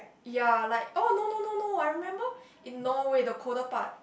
ya like orh no no no no I remember in Norway the colder part